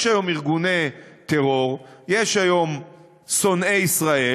יש היום ארגוני טרור, יש היום שונאי ישראל,